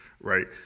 right